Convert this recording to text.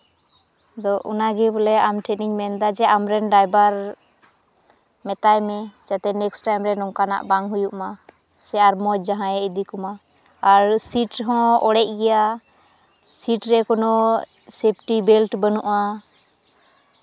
ᱟᱫᱚ ᱚᱱᱟᱜᱮ ᱵᱚᱞᱮ ᱟᱢ ᱴᱷᱮᱱᱤᱧ ᱢᱮᱱᱫᱟ ᱡᱮ ᱟᱢᱨᱮᱱ ᱰᱟᱭᱵᱷᱟᱨ ᱢᱮᱛᱟᱭ ᱢᱮ ᱡᱟᱛᱮ ᱱᱮᱠᱥ ᱴᱟᱭᱤᱢ ᱨᱮ ᱱᱚᱝᱠᱟᱜ ᱵᱟᱝ ᱦᱩᱭᱩᱜ ᱢᱟ ᱥᱮ ᱟᱨ ᱢᱚᱡᱽ ᱡᱟᱦᱟᱸᱭ ᱤᱫᱤ ᱠᱚᱢᱟ ᱟᱨ ᱥᱤᱴ ᱦᱚᱸ ᱚᱲᱮᱡ ᱜᱮᱭᱟ ᱥᱤᱨ ᱨᱮ ᱠᱳᱱᱳ ᱥᱮᱯᱴᱤ ᱵᱮᱞᱴ ᱵᱟᱹᱱᱩᱜᱼᱟ